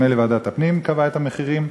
נדמה לי שוועדת הפנים קבעה את המחירים,